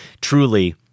truly